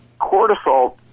cortisol